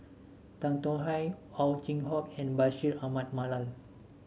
Tan Tong Hye Ow Chin Hock and Bashir Ahmad Mallal